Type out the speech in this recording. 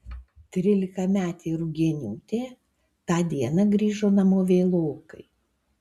trylikametė rugieniūtė tą dieną grįžo namo vėlokai